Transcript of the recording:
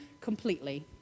completely